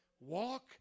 Walk